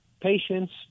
patients